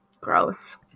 Gross